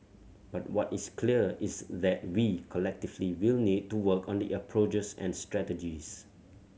but what is clear is that we collectively will need to work on the approaches and strategies